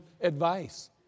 advice